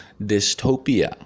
dystopia